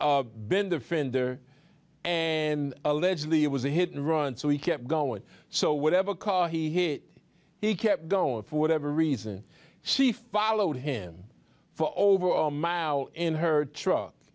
of been the fender and allegedly it was a hit and run so he kept going so whatever cause he hit he kept going for whatever reason she followed him for over a mile in her truck